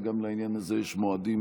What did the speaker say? וגם לעניין הזה יש מועדים